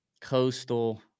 coastal